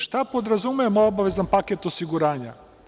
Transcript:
Šta podrazumeva obavezan paket osiguranja?